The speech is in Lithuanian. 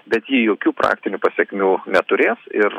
bet ji jokių praktinių pasekmių neturės ir